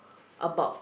about